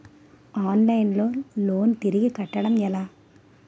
Online లో loan తిరిగి కట్టడం ఎలా?